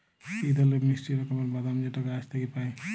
ইক ধরলের মিষ্টি রকমের বাদাম যেট গাহাচ থ্যাইকে পায়